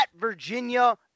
Virginia